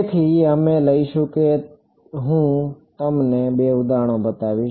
તેથી અમે લઈશું એટલે કે હું તમને બે ઉદાહરણો બતાવીશ